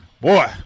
Boy